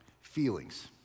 feelings